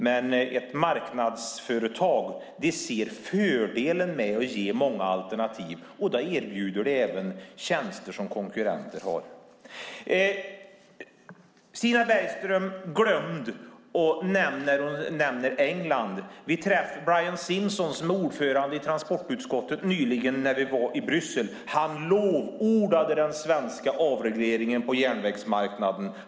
Men ett marknadsföretag ser fördelen med att erbjuda många alternativ, och då erbjuder man även tjänster som konkurrenter har. Stina Bergström nämnde England. Vi träffade Brian Simpson, som är ordförande i transportutskottet, när vi var i Bryssel nyligen. Han lovordade den svenska avregleringen av järnvägsmarknaden.